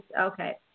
Okay